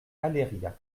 aléria